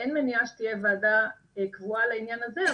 אין מניעה שתהיה ועדה קבועה לעניין הזה,